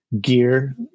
gear